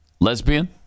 Lesbian